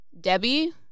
Debbie